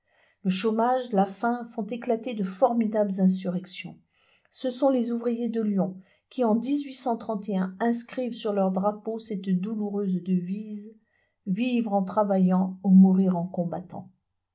le chômage la faim font éclater de formidables insurrections ce sont les ouvriers de lyon qui en ii inscrivent sur leur drapeau cette douloureuse devise vivre en travaillant ou mourir en combattant